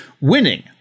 winning